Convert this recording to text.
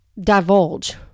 divulge